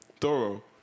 thorough